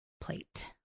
plate